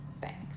Thanks